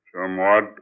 Somewhat